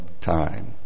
time